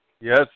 Yes